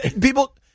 People